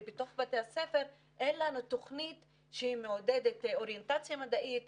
ובתוך בתי הספר אין לנו תוכנית שמעודדת אוריינטציה מדעית,